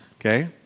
Okay